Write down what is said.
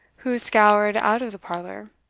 who scoured out of the parlour.